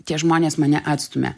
tie žmonės mane atstumia